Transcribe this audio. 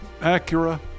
Acura